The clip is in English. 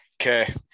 okay